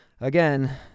again